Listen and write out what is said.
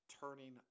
turning